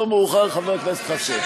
לא מאוחר, חבר הכנסת חסון.